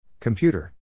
Computer